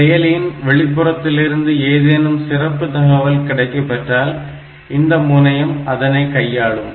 செயலியின் வெளிப்புறத்திலிருந்து ஏதேனும் சிறப்பு தகவல் கிடைக்கப்பெற்றால் இந்த முனையம் அதனை கையாளும்